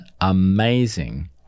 amazing